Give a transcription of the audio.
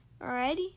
Alrighty